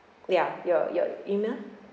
ya your your email